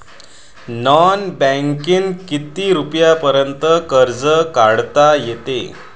Non बँकिंगनं किती रुपयापर्यंत कर्ज काढता येते?